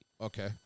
Okay